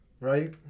Right